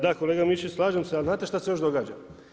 Da, kolega Mišić slažem se, ali znate šta se još događa?